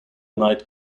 knight